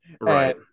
Right